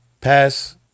pass